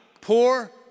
poor